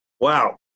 wow